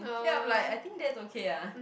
then I'm like I think that's okay ah